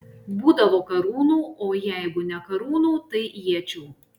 būdavo karūnų o jeigu ne karūnų tai iečių